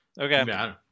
okay